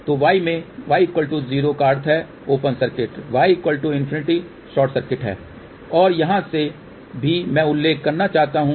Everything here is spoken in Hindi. तो y में y 0 का अर्थ है open circuit y∞ short circuit है और यहां से भी मैं उल्लेख करना चाहता हूं